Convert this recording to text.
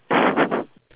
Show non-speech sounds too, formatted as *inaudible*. *laughs*